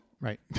Right